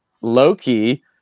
Loki